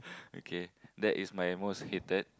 okay that is my most hated